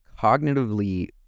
cognitively